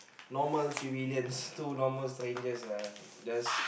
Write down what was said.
normal civilians two normal strangers uh just